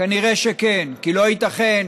כנראה שכן, כי לא ייתכן